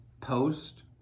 Post